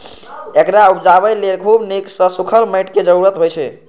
एकरा उपजाबय लेल खूब नीक सं सूखल माटिक जरूरत होइ छै